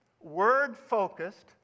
word-focused